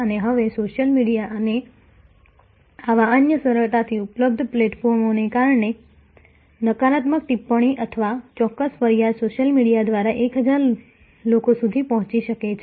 અને હવે social media અને આવા અન્ય સરળતાથી ઉપલબ્ધ પ્લેટફોર્મને કારણે નકારાત્મક ટિપ્પણી અથવા ચોક્કસ ફરિયાદ સોશિયલ મીડિયા દ્વારા 1000 લોકો સુધી પહોંચી શકે છે